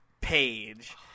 Page